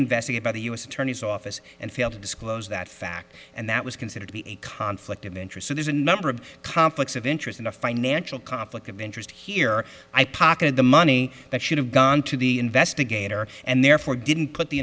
investigate by the u s attorney's office and fail to disclose that fact and that was considered to be a conflict of interest so there's a number of conflicts of interest in a financial conflict of interest here i pocketed the money that should have gone to the investigator and therefore didn't put the